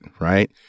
Right